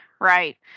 right